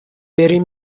بریم